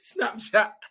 Snapchat